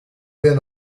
been